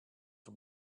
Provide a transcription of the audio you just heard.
the